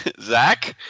Zach